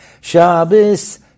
Shabbos